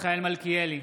מיכאל מלכיאלי,